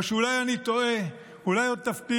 או שאולי אני טועה, אולי עוד תפתיעו.